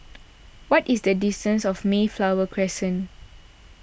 what is the distance to Mayflower Crescent